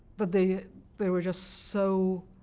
but they they were just so